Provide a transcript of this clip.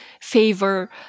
favor